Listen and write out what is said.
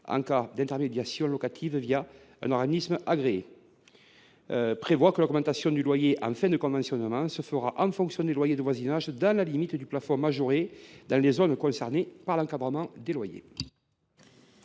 en cas d’intermédiation locative un organisme agréé. Il tend en second lieu à prévoir que l’augmentation du loyer en fin de conventionnement se fera en fonction des loyers de voisinage dans la limite du plafond majoré dans les zones concernées par l’encadrement des loyers.